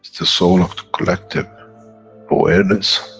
the soul of the collective awareness,